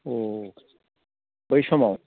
अ बै सामव